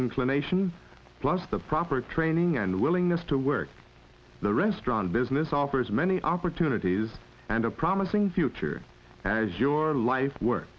inclination plus the proper training and willingness to work the restaurant business offers many opportunities and a promising future as your life work